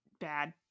bad